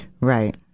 Right